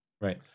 Right